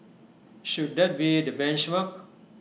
should that be the benchmark